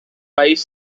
país